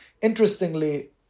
Interestingly